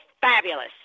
fabulous